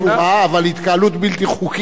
אבל התקהלות בלתי חוקית היא אסורה.